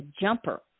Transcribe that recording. jumper